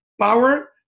power